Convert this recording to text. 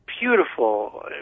beautiful